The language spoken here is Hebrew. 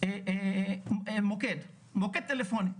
--- ומוקד טלפוני.